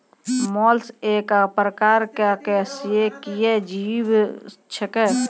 mollusc एक प्रकार के अकेशेरुकीय जीव छेकै